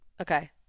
Okay